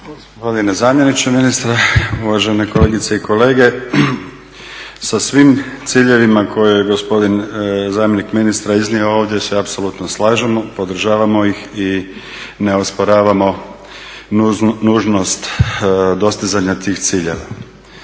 gospodine zamjeniče ministra, uvažene kolegice i kolege. Sa svim ciljevima koje je gospodin zamjenik ministra iznio ovdje se apsolutno slažemo, podržavamo ih i ne osporavamo nužnost dostizanja tih ciljeva.